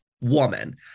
woman